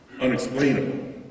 unexplainable